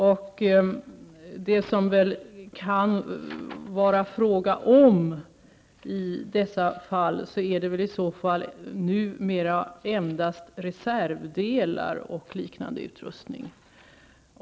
Vad det kan vara fråga om i dessa fall är i så fall numera endast reservdelar och liknande utrustning.